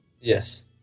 Yes